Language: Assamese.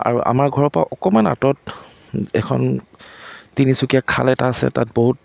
আৰু আমাৰ ঘৰৰ পৰা অকমান আতঁৰত এখন তিনিচুকীয়া খাল এটা আছে তাত বহুত